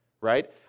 right